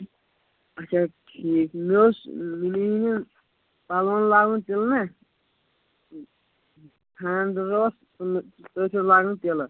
اچھا ٹھیٖک مےٚ اوس مٔمی ہِنٛدٮ۪ن پَلوَن لاگُن تِلہٕ نَہ خانٛدَر اوس تَتھ اوس لاگُن تِلہٕ